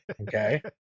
Okay